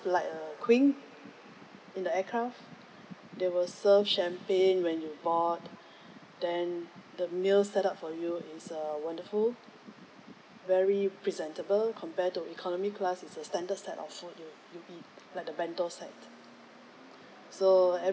like a queen in the aircraft they will serve champagne when you board then the meals set up for you is uh wonderful very presentable compared to economy class it's a standard set of food you will you eat like the bento set so